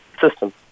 system